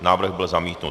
Návrh byl zamítnut.